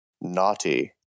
naughty